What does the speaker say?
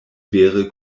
vere